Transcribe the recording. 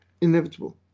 inevitable